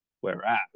Whereas